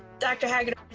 dr. hagadorn,